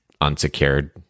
unsecured